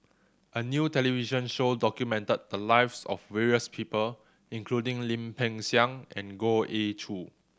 a new television show documented the lives of various people including Lim Peng Siang and Goh Ee Choo